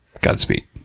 Godspeed